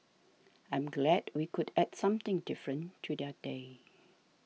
I am glad we could add something different to their day